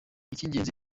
icy’ingenzi